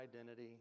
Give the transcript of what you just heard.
identity